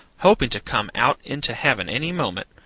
hoping to come out into heaven any moment,